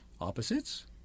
Opposites